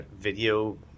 video